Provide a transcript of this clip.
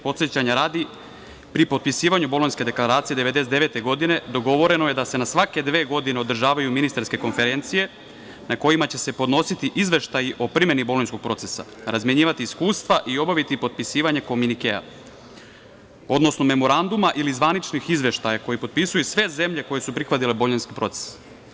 Podsećanja radi, pri potpisivanju Bolonjske deklaracije 1999. godine dogovoreno je da se na svake dve godine održavaju ministarske konferencije na kojima će se podnositi izveštaji o primeni Bolonjskog procesa, razmenjivati iskustva i obaviti potpisivanje kominikea, odnosno memoranduma ili zvaničnih izveštaja koji potpisuju sve zemlje koje su prihvatile Bolonjski proces.